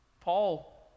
Paul